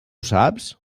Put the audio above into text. saps